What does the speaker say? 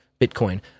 Bitcoin